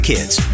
Kids